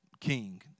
king